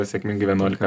sėkmingai vienuolika